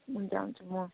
हुन्छ हुन्छ म